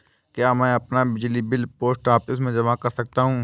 क्या मैं अपना बिजली बिल पोस्ट ऑफिस में जमा कर सकता हूँ?